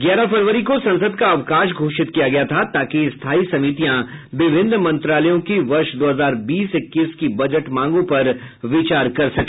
ग्यारह फरवरी को संसद का अवकाश घोषित किया गया था ताकि स्थायी समितियां विभिन्न मंत्रालयों की वर्ष दो हजार बीस इक्कीस की बजट मांगों पर विचार कर सके